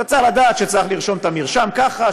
אתה צריך לדעת שצריך לרשום את המרשם ככה,